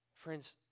Friends